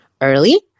early